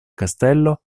castello